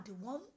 one